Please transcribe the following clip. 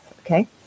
Okay